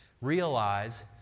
Realize